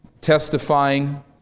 Testifying